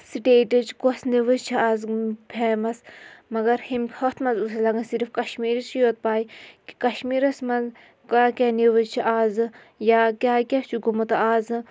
سٹیٹٕچ کۄس نِوٕز چھِ آز فیمَس مگر ہُمہِ ہُتھ منٛز اوس اَسہِ لَگان صرف کَشمیٖرٕچ یوت پَے کہِ کَشمیٖرَس منٛز کیٛاہ کیٛاہ نِوٕز چھِ آزٕ یا کیٛاہ کیٛاہ چھُ گوٚمُت آزٕ